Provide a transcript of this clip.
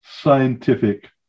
scientific